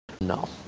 No